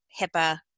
HIPAA